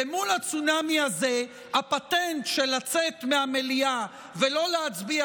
ומול הצונאמי הזה הפטנט של לצאת מהמליאה ולא להצביע